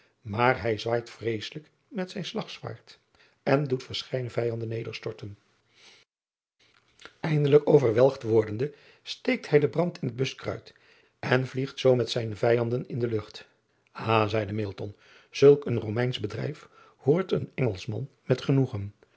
maar hij zwaait vreesselijk met zijn slagzwaard en doet verscheiden vijanden nederstorten indelijk overweldigd wordende steekt hij den brand in het buskruid en vliegt zoo met zijne vijanden in de lucht a zeide zulk een omeinsch be driaan oosjes zn et leven van aurits ijnslager drijf hoort een ngelschman met genoegen